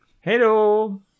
Hello